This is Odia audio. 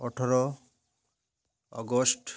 ଅଠର ଅଗଷ୍ଟ